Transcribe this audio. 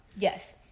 yes